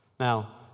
Now